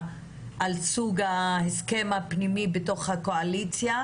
על סוג ההסכם הפנימי בתוך הקואליציה,